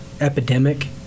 epidemic